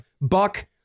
Buck